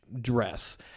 dress